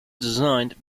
designed